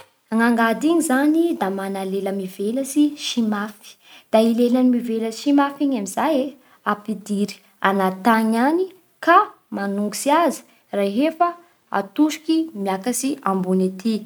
Gn angady igny zany da mana lela mivelatsy sy mafy. Da i lelany mivelatsy sy mafy igny amin'izay e ampidiry agnaty tany agny ka manongitsy azy rehefa atosiky miakatsy ambony ety.